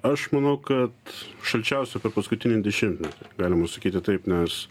aš manau kad šalčiausia per paskutinį dešimtmetį galima sakyti taip nes